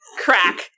crack